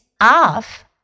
off